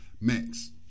Max